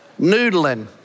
noodling